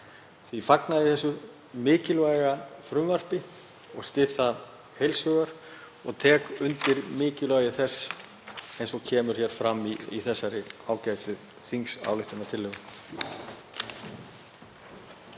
Ég fagna því þessu mikilvæga frumvarpi og styð það heils hugar og tek undir mikilvægi þess eins og kemur fram í þessari ágætu þingsályktunartillögu.